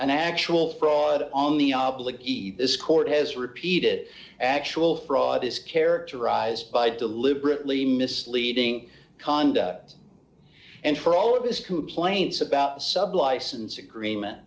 an actual fraud on the obloquy this court has repeated actual fraud is characterized by deliberately misleading cond and for all of his complaints about sub license agreement